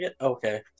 Okay